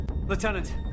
Lieutenant